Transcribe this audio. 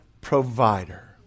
provider